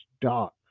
dark